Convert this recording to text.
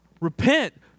Repent